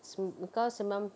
sem~ kau sembilan